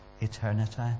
eternity